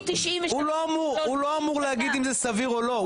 הוא לא אמור להגיד אם זה סביר או לא.